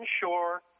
shore